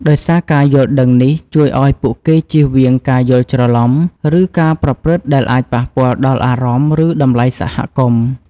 ដោយសារការយល់ដឹងនេះជួយឱ្យពួកគេចៀសវាងការយល់ច្រឡំ ឬការប្រព្រឹត្តដែលអាចប៉ះពាល់ដល់អារម្មណ៍ ឬតម្លៃសហគមន៍។